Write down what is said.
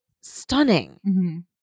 Stunning